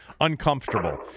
uncomfortable